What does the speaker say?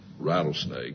rattlesnake